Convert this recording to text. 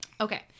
Okay